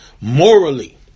morally